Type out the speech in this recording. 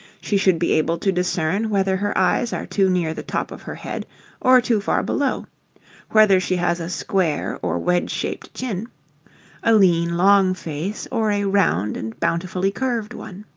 she should be able to discern whether her eyes are too near the top of her head or, too far below whether she has a square or wedge-shaped chin a lean, long face, or a round and bountifully curved one.